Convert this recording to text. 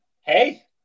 Hey